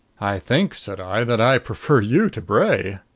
i think, said i, that i prefer you to bray.